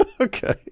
Okay